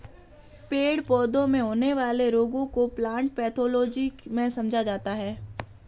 पेड़ पौधों में होने वाले रोगों को प्लांट पैथोलॉजी में समझा जाता है